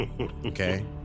Okay